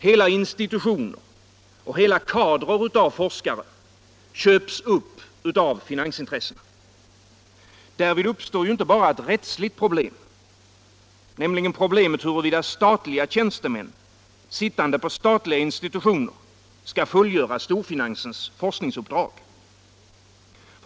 Hela institutioner och hela kadrer av forskare köps upp av finansintressena. Därvid uppstår inte bara ett rättsligt problem, nämligen huruvida statliga tjänstemän, sittande på statliga institutioner, skall fullgöra storfinansens forskningsuppdrag.